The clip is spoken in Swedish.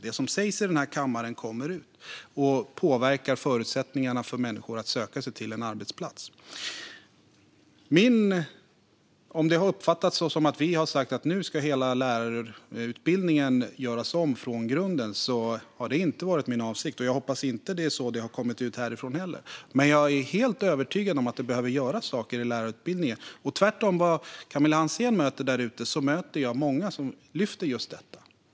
Det som sägs i denna kammare kommer ut och påverkar förutsättningarna för människor att söka sig till en arbetsplats. Om det har uppfattats som att vi har sagt att hela lärarutbildningen nu ska göras om från grunden har det inte varit min avsikt, och jag hoppas inte att det är så det har kommit ut härifrån heller. Men jag är helt övertygad om att saker behöver göras i lärarutbildningen. Tvärtemot vad Camilla Hansén möter där ute möter jag många som lyfter fram just detta.